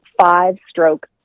five-stroke